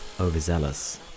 overzealous